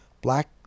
black